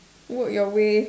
work your way